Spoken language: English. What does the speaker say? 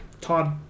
Todd